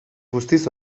guztiz